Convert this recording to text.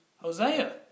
Hosea